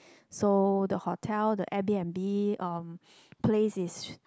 so the hotel the Airbnb um place is